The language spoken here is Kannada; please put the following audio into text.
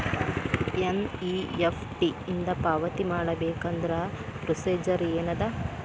ಎನ್.ಇ.ಎಫ್.ಟಿ ಇಂದ ಪಾವತಿ ಮಾಡಬೇಕಂದ್ರ ಪ್ರೊಸೇಜರ್ ಏನದ